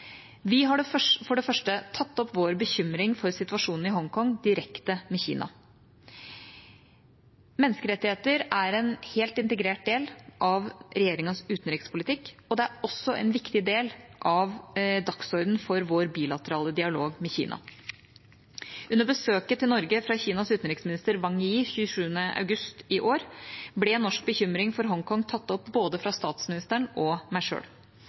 Vi har for det første tatt opp vår bekymring for situasjonen i Hongkong direkte med Kina. Menneskerettigheter er en helt integrert del av regjeringas utenrikspolitikk, og det er også en viktig del av dagsordenen for vår bilaterale dialog med Kina. Under besøket til Norge fra Kinas utenriksminister Wang Yi 27. august i år ble norsk bekymring for Hongkong tatt opp både fra statsministeren og meg